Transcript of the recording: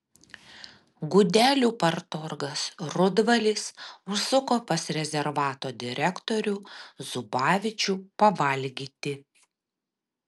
gudelių partorgas rudvalis užsuko pas rezervato direktorių zubavičių pavalgyti